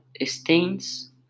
stains